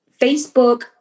Facebook